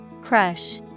Crush